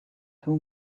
two